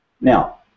Now